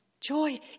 Joy